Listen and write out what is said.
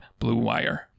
BlueWire